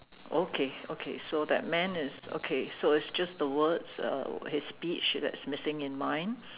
okay okay so that man is okay so it's just the words uh his speech that's missing in mine